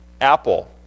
Apple